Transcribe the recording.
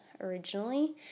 originally